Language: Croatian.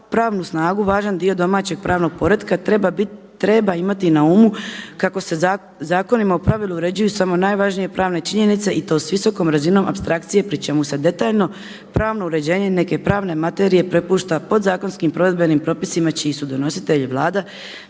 pravnu snagu važan dio domaćeg pravnog poretka treba imati na umu kako se zakonima u pravilu uređuju samo najvažnije pravne činjenice i to s visokom razinom apstrakcije pri čemu se detaljno, pravno uređenje neke pravne materije prepušta podzakonskim provedbenim propisima čiji su donositelji Vlada,